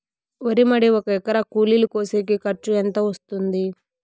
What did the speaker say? వరి మడి ఒక ఎకరా కూలీలు కోసేకి ఖర్చు ఎంత వస్తుంది?